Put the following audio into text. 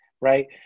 right